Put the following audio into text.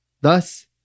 Thus